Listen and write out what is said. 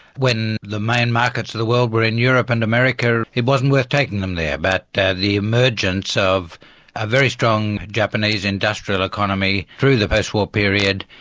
when the main markets of the world were in europe and america, it wasn't worth taking them there, but the emergence of a very strong japanese industrial economy through the postwar period,